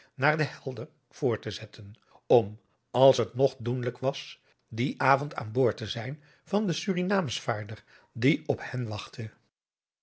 naar de helder voort te zetten om als het nog doenlijk was dien avond aan boord te zijn van den surinaamschvaarder die op hen